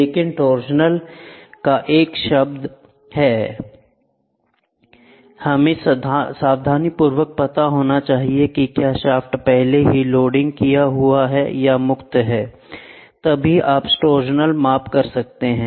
लेकिन टॉरशनल का एक शब्द है हमें सावधानीपूर्वक पता होना चाहिए कि क्या शाफ्ट पहले से ही लोडिंग किया हुआ है या यह मुक्त है तभी आप टॉरशनल माप कर सकते हैं